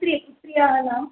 पुत्री पुत्र्याः नाम